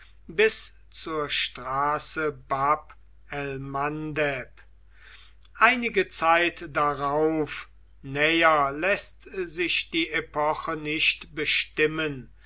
bis zur straße bab el mandeb einige zeit darauf näher läßt sich die epoche nicht bestimmen